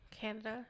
canada